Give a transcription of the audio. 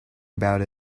about